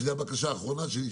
שזו הבקשה האחרונה שלי,